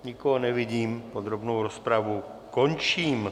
Nikoho nevidím, podrobnou rozpravu končím.